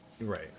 Right